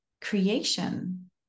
creation